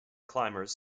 climbers